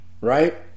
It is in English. right